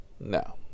no